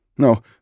No